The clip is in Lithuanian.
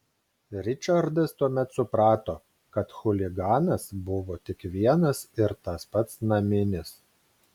ričardas tuomet suprato kad chuliganas buvo tik vienas ir tas pats naminis